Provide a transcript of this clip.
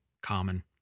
common